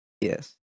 Yes